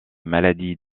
maladie